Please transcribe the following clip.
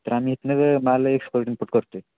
तर आम्ही इथून माल एक्पोर्ट इंपोर्ट करतो